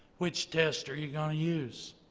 which test are you going to use?